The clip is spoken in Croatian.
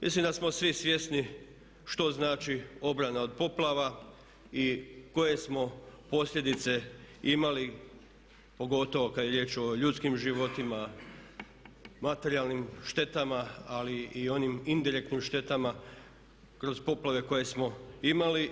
Mislim da smo svi svjesni što znači obrana od poplava i koje smo posljedice imali pogotovo kada je riječ o ljudskim životima, materijalnim štetama ali i onim indirektnim štetama kroz poplave koje smo imali.